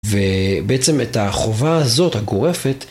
ובעצם את החובה הזאת, הגורפת,